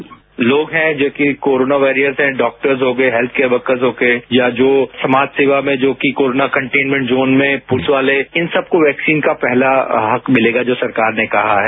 sound bite लोग हैं जो कि कोरोना वारियर्स हैं डॉक्टर्स हो गए हेल्थ वर्कर्स हो गए या जो समाज सेवा में या जो कि कोरोना कंटेन्मेंट जोन में पुलिस वाले इन सबको वैक्सीन का पहला हक मिलेगा जो सरकार ने कहा है